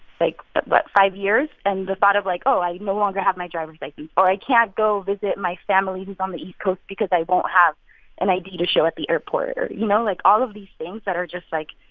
like what? but but five years, and the thought of, like, oh, i no longer have my driver's license or i can't go visit my family who's on the east coast because i won't have an id to show at the airport or you know, like all of these things that are just, like,